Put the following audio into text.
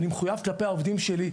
אני מחויב כלפי העובדים שלי.